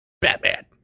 Batman